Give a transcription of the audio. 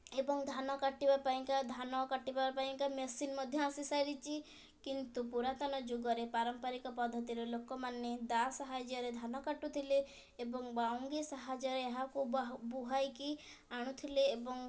ଏବଂ ଧାନ କାଟିବା ପାଇଁକା ଧାନ କାଟିବା ପାଇଁକା ମେସିନ୍ ମଧ୍ୟ ଆସିସାରିଛି କିନ୍ତୁ ପୁରାତନ ଯୁଗରେ ପାରମ୍ପାରିକ ପଦ୍ଧତିରେ ଲୋକମାନେ ଦାଆ ସାହାଯ୍ୟରେ ଧାନ କାଟୁଥିଲେ ଏବଂ ବାଉଙ୍ଗୀ ସାହାଯ୍ୟରେ ଏହାକୁ ବୁହାହେଇକି ଆଣୁଥିଲେ ଏବଂ